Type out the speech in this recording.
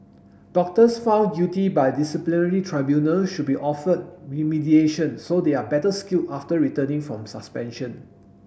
doctors found guilty by disciplinary tribunals should be offered remediation so they are better skilled after returning from suspension